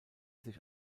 sich